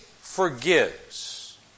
forgives